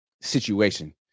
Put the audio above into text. situation